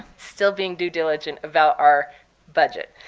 still being due diligent about our budget,